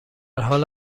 حال